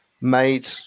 made